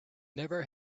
never